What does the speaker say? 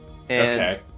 Okay